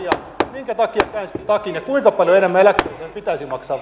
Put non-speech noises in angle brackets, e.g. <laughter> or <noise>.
minkä takia käänsitte takin ja kuinka paljon enemmän eläkkeensaajien pitäisi maksaa <unintelligible>